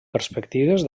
perspectives